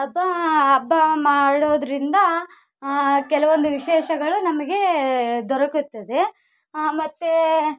ಹಬ್ಬ ಹಬ್ಬ ಮಾಡೋದರಿಂದ ಕೆಲವೊಂದು ವಿಶೇಷಗಳು ನಮಗೆ ದೊರಕುತ್ತದೆ ಮತ್ತು